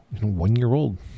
one-year-old